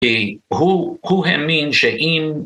כי הוא האמין שאם